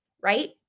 Right